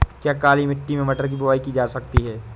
क्या काली मिट्टी में मटर की बुआई की जा सकती है?